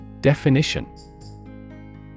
Definition